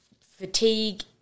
fatigue